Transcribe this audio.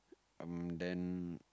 um then